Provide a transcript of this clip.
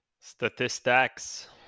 Statistics